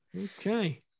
okay